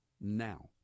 now